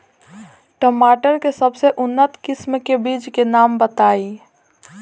टमाटर के सबसे उन्नत किस्म के बिज के नाम बताई?